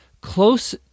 close